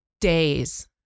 days